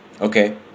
Okay